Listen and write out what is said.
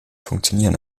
funktionieren